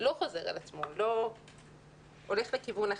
לא חוזר על עצמו, הולך לכיוון אחר.